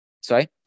Sorry